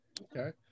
Okay